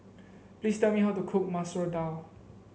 please tell me how to cook Masoor Dal